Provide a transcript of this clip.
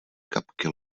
kapky